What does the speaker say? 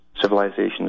civilizations